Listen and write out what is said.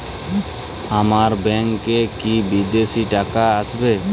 আমার ব্যংকে কি বিদেশি টাকা আসবে?